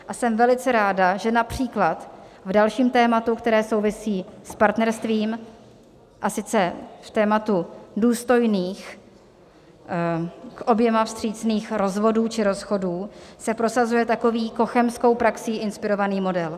A jsem velice ráda, že například v dalším tématu, které souvisí s partnerstvím, a sice v tématu důstojných, k oběma vstřícných rozvodů či rozchodů, se prosazuje takový cochemskou praxí inspirovaný model.